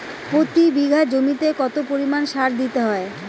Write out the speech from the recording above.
প্রতি বিঘা জমিতে কত পরিমাণ সার দিতে হয়?